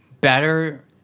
better